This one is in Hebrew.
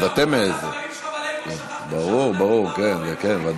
הלו, אתה והחברים שלך ב"לייבור" ברור, ודאי.